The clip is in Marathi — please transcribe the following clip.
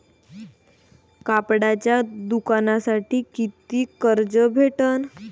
कापडाच्या दुकानासाठी कितीक कर्ज भेटन?